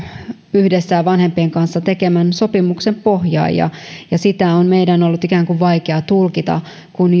yhdessä vanhempien kanssa tekemän sopimuksen pohjaan ja ja sitä on meidän ollut vaikea tulkita kun